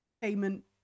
payment